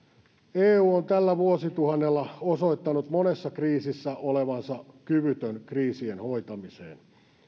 eu on tällä vuosituhannella osoittanut monessa kriisissä olevansa kyvytön kriisien hoitamiseen